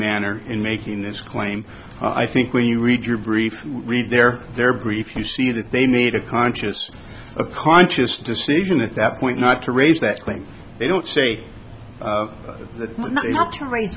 manner in making this claim i think when you read your brief read their their briefs you see that they made a conscious a conscious decision at that point not to raise that claim they don't say that to rai